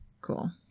cool